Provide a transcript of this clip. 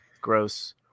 gross